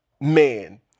Man